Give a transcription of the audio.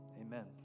Amen